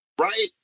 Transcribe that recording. right